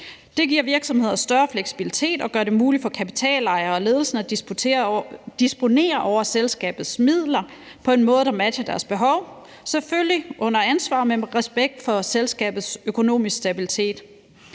Det giver virksomhederne større fleksibilitet og gør det muligt for kapitalejerne og ledelsen at disponere over selskabets midler på en måde, der matcher deres behov, selvfølgelig under ansvar, men med respekt for selskabets økonomiske stabilitet.